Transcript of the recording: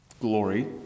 glory